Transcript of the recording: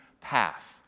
path